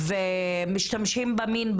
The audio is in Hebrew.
ובמקרה הזה משתמשים במין.